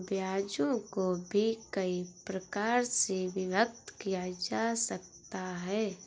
ब्याजों को भी कई प्रकार से विभक्त किया जा सकता है